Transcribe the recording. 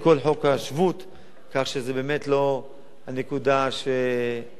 כך שזה באמת לא הנקודה שמכריעה בעניין.